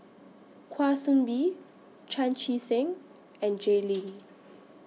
Kwa Soon Bee Chan Chee Seng and Jay Lim